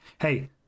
Hey